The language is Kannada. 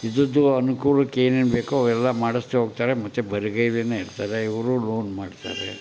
ಇದ್ದದ್ದು ಅನುಕೂಲಕ್ಕೆ ಏನೇನು ಬೇಕು ಅವೆಲ್ಲ ಮಾಡಿಸಿ ಹೋಗ್ತಾರೆ ಮತ್ತೆ ಬರಿಗೈಲೇನೆ ಇರ್ತಾರೆ ಇವರೂ ಲೋನ್ ಮಾಡ್ತಾರೆ